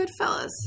Goodfellas